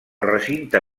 recinte